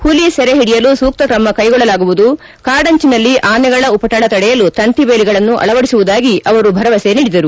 ಹುಲ ಸೆರೆ ಹಿಡಿಯಲು ಸೂಕ್ತ ಕ್ರಮ ಕೈಗೊಳ್ಳಲಾಗುವುದು ಕಾಡಂಚಿನಲ್ಲಿ ಆನೆಗಳ ಉಪಟಳ ತಡೆಯಲು ತಂತಿಬೇಲಿಗಳನ್ನು ಅಳವಡಿಸುವುದಾಗಿ ಭರವಸೆ ನೀಡಿದರು